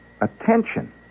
Attention